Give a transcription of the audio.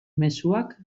mezuak